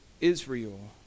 Israel